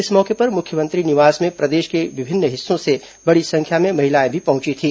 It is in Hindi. इस मौके पर मुख्यमंत्री निवास में प्रदेश के विभिन्न हिस्सों से बड़ी संख्या में महिलाएं भी पहुंची थी